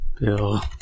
Bill